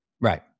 Right